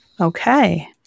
Okay